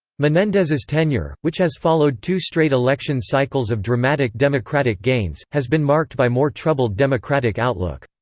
menendez's tenure, which has followed two straight election cycles of dramatic democratic gains, has been marked by more troubled democratic outlook.